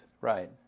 Right